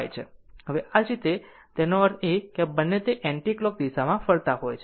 હવે આવી જ રીતે આનો અર્થ એ કે આ બંને તે એન્ટીકલોક દિશામાં ફરતા હોય છે